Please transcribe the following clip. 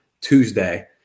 Tuesday